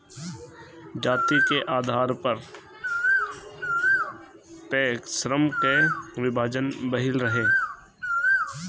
जाति के आधार पअ पहिले श्रम कअ विभाजन भइल रहे